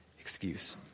excuse